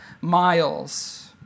miles